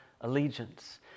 allegiance